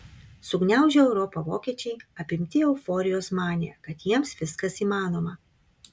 sugniaužę europą vokiečiai apimti euforijos manė kad jiems viskas įmanoma